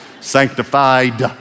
Sanctified